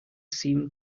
seemed